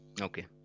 Okay